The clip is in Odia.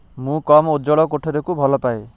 ମୁଁ କମ୍ ଉଜ୍ଜ୍ୱଳ କୋଠରୀକୁ ଭଲପାଏ